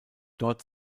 dort